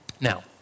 Now